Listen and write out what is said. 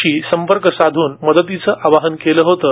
शी संपर्क साधून मदतीचं आवाहन केलं होतं